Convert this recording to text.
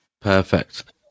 Perfect